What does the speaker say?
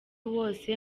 wose